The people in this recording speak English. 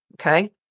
okay